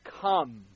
come